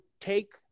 take